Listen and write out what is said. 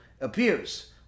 appears